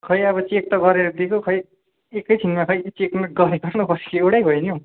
खै अब चेक त गरेर दिएको खै एकैछिनमा खै चेक गरेको र नगरेको एउटै भयो नि हौ